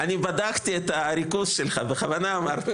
תנסו היום בבני ברק לפתוח בית ספר ממלכתי